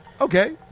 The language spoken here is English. Okay